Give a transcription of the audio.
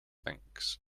thinks